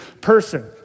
person